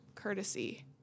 courtesy